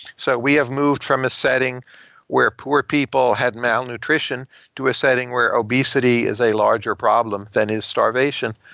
so we have moved from a setting where poor people had malnutrition to a setting where obesity is a larger problem than is starvation.